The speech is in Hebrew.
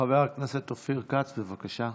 חבר הכנסת אופיר כץ, בבקשה.